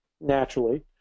naturally